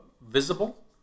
visible